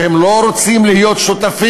שהם לא רוצים להיות שותפים